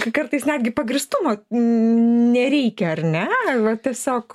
kartais netgi pagrįstumo nereikia ar ne va tiesiog